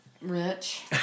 Rich